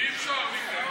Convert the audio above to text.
אי-אפשר.